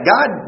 God